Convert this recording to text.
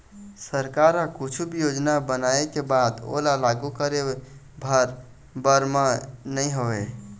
सरकार ह कुछु भी योजना बनाय के बाद ओला लागू करे भर बर म नइ होवय